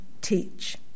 teach